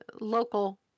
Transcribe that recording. local